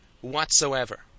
whatsoever